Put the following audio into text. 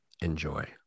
enjoy